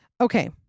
Okay